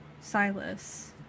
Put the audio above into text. Silas